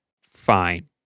fine